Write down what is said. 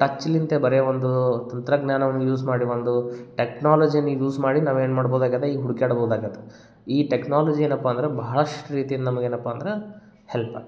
ಟಚ್ಲಿಂದ ಬರೇ ಒಂದು ತಂತ್ರಜ್ಞಾನವನ್ನು ಯೂಸ್ ಮಾಡಿ ಒಂದು ಟೆಕ್ನಾಲಜಿಯನ್ನು ಯೂಸ್ ಮಾಡಿ ನಾವೇನು ಮಾಡ್ಬೋದಾಗ್ಯದೆ ಈಗ ಹುಡ್ಕಾಡ್ಬೋದಾಗ್ಯದ ಈ ಟೆಕ್ನಾಲಜಿ ಏನಪ್ಪ ಅಂದ್ರೆ ಬಹಳಷ್ಟು ರೀತಿಯಿಂದ ನಮಗೆ ಏನಪ್ಪ ಅಂದ್ರೆ ಹೆಲ್ಪ್ ಆಗೆದ